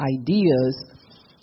ideas